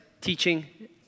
teaching